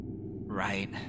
Right